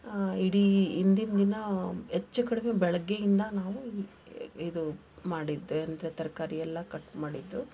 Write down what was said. ಇಡೀ ಹಿಂದಿನ ದಿನ ಹೆಚ್ಚು ಕಡಿಮೆ ಬೆಳಿಗ್ಗೆಯಿಂದ ನಾವು ಇದು ಮಾಡಿದ್ದು ಅಂದರೆ ತರಕಾರಿ ಎಲ್ಲ ಕಟ್ ಮಾಡಿದ್ದು